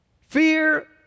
Fear